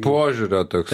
požiūrio toks